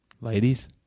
ladies